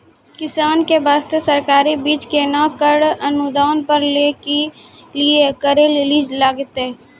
किसान के बास्ते सरकारी बीज केना कऽ अनुदान पर लै के लिए की करै लेली लागतै?